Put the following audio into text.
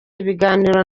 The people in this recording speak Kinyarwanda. ibiganiro